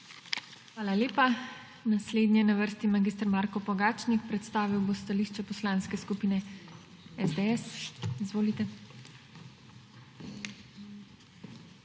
Hvala lepa. Naslednji je na vrsti mag. Marko Pogačnik. Predstavil bo stališče Poslanske skupine SDS. Izvolite.